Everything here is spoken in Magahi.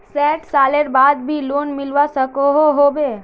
सैट सालेर बाद भी लोन मिलवा सकोहो होबे?